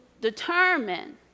determine